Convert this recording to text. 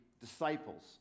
disciples